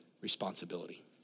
responsibility